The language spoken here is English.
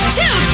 two